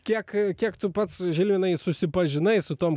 kiek kiek tu pats žilivinai susipažinai su tom